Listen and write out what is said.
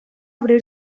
abrir